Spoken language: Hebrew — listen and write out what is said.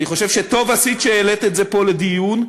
אני חושב שטוב עשית שהעלית את זה פה לדיון,